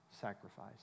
sacrifice